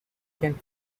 can